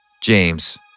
James